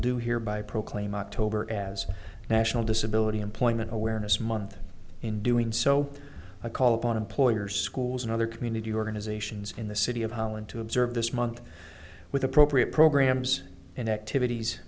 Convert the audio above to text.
do hereby proclaim october as national disability employment awareness month in doing so i call upon employers schools and other community organizations in the city of holland to observe this month with appropriate programs and activities